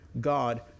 God